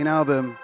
album